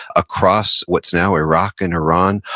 across what's now iraq and iran,